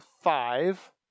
five